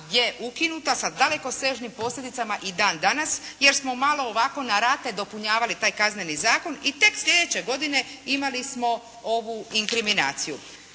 je ukinuta sa dalekosežnim posljedicama i dan danas jer smo malo ovako na rate dopunjavali taj Kazneni zakon i tek sljedeće godine imali smo ovu inkriminaciju.